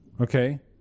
Okay